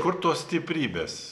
kur tos stiprybės